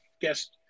guest